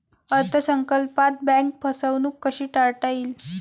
अर्थ संकल्पात बँक फसवणूक कशी टाळता येईल?